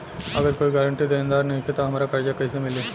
अगर कोई गारंटी देनदार नईखे त हमरा कर्जा कैसे मिली?